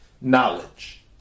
knowledge